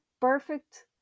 perfect